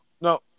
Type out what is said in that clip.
No